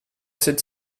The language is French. cette